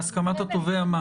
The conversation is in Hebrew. בהסכמת התובע.